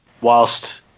whilst